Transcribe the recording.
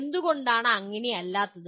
എന്തുകൊണ്ടാണ് അങ്ങനെ അല്ലാത്തത്